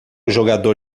jogador